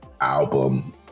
album